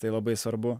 tai labai svarbu